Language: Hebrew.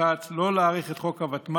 גם ככה לא נראה אותם,